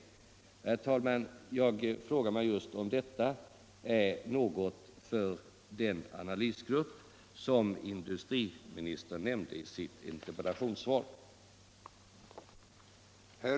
Herr talman! Jag frågar mig om inte just detta är någonting för den analysgrupp som industriministern nämnde i sitt interpellationssvar.